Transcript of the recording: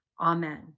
Amen